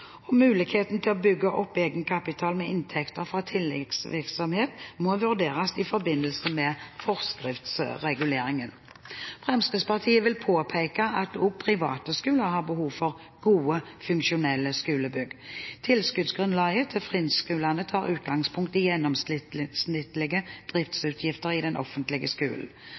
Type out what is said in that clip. økonomi. Muligheten til å bygge opp egenkapital med inntekter fra tilleggsvirksomhet må vurderes i forbindelse med forskriftsreguleringen. Fremskrittspartiet vil påpeke at også private skoler har behov for gode, funksjonelle skolebygg. Tilskuddsgrunnlaget til friskolene tar utgangspunkt i